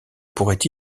pourrait